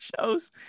shows